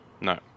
no